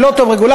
לא טוב רגולציה,